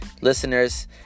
listeners